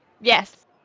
Yes